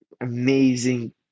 amazing